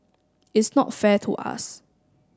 it's not fair to us